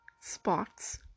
spots